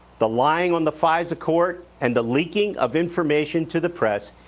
the lying on the fisa court, and the leaking of information to the press,